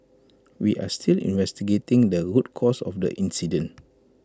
we are still investigating the root cause of the incident